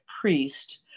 priest